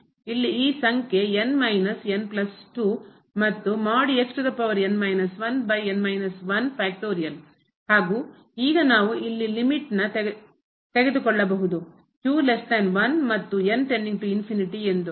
ಇಲ್ಲಿ ಈ ಸಂಖ್ಯೆ ಮತ್ತು ಹಾಗೂ ಈಗ ನಾವು ಇಲ್ಲಿ ಲಿಮಿಟ್ನ್ನು ಮಿತಿಯನ್ನು ತೆಗೆದುಕೊಳ್ಳಬಹುದು ಮತ್ತು ಎಂದು